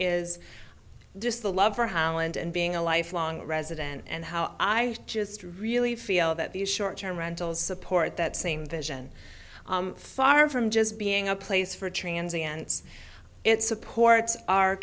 is just the love for holland and being a lifelong resident and how i just really feel that these short term rentals support that same vision far from just being a place for transients it supports our